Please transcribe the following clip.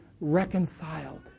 reconciled